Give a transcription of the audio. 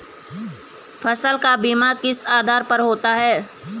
फसल का बीमा किस आधार पर होता है?